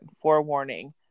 forewarning